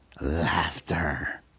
laughter